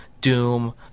Doom